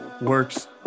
works